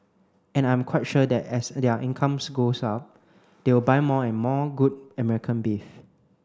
and I'm quite sure that as their incomes goes up they will buy more and more good American beef